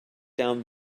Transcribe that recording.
down